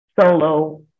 solo